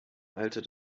alter